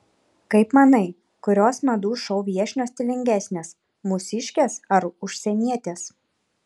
kaip manai kurios madų šou viešnios stilingesnės mūsiškės ar užsienietės